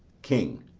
king.